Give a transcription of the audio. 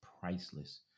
priceless